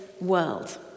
world